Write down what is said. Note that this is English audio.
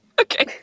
Okay